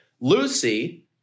Lucy